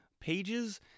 pages